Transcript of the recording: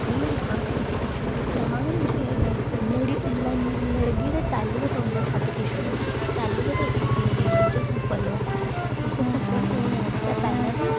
बाऽ में डांस ने आस्तै पैह्लें बी